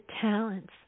talents